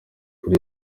kuri